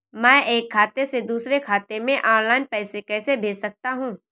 मैं एक खाते से दूसरे खाते में ऑनलाइन पैसे कैसे भेज सकता हूँ?